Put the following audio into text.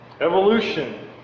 evolution